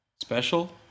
special